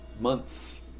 months